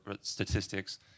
statistics